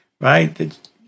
right